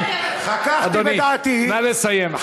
חככתי בדעתי, אדוני, נא לסיים.